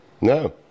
No